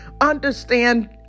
understand